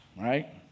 right